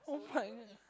[oh]-my-god